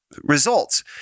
results